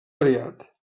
variat